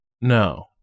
No